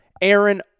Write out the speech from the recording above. Aaron